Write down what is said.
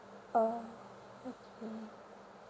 ah okay